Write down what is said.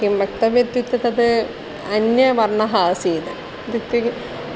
किं वक्तव्यम् इत्युक्ते तत् अन्यवर्णः आसीद् इत्युक्ते